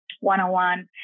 one-on-one